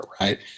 right